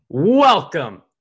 Welcome